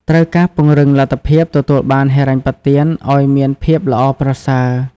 ត្រូវការពង្រឹងលទ្ធភាពទទួលបានហិរញ្ញប្បទានអោយមានភាពល្អប្រសើរ។